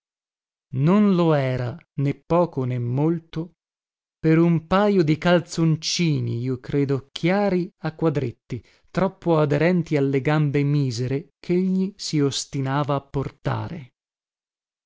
non lo era né poco né molto per un pajo di calzoncini io credo chiari a quadretti troppo aderenti alle gambe misere chegli si ostinava a portare